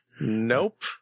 Nope